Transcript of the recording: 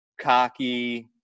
cocky